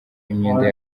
imyenda